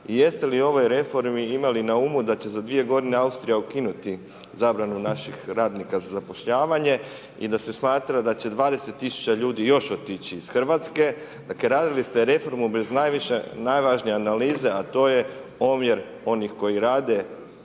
jeste li u ovoj reformi imali na umu da će za 2. g. Austrija ukinuti zabranu naših radnika za zapošljavanje i da se smatra da će 20 000 ljudi još otići iz Hrvatske, dakle radili ste reformu bez najvažnije analize a to je omjer onih koji rade,